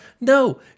no